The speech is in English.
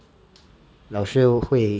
老师会